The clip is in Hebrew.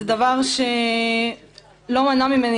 זה דבר שלא מנע ממני